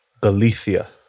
Galicia